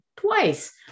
twice